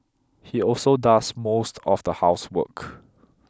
he also does most of the housework